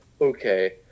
Okay